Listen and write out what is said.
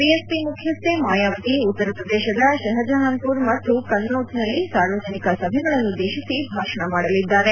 BS P ಮುಖ್ಯಸ್ಥೆ ಮಾಯಾವತಿ ಉತ್ತರ ಪ್ರದೇಶದ ಶಹಜಹನ್ ಪುರ್ ಮತ್ತು ಕನ್ನೌಜ್ ನಲ್ಲಿ ಸಾರ್ವಜನಿಕ ಸಭೆಗಳನ್ನುದ್ದೇಶಿ ಭಾಷಣ ಮಾಡಲಿದ್ದಾರೆ